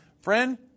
Friend